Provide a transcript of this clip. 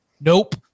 Nope